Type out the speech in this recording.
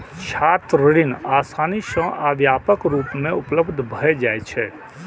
छात्र ऋण आसानी सं आ व्यापक रूप मे उपलब्ध भए जाइ छै